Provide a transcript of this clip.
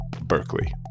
Berkeley